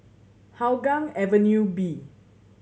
Hougang Avenue B